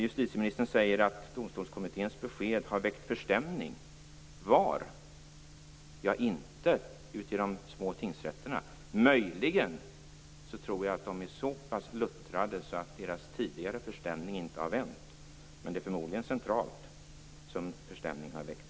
Justitieministern säger att Domstolskommitténs besked har väckt förstämning. Var? Ja, inte ute i de små tingsrätterna. Möjligen tror jag att de är så pass luttrade att deras tidigare förstämning inte har vänt. Men det är förmodligen centralt som förstämningen har väckts.